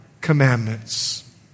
commandments